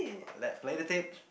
like play the tape